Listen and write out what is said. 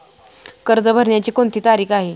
कर्ज भरण्याची कोणती तारीख आहे?